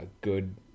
Good